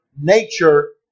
nature